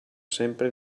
sempre